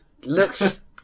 looks